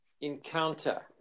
encounter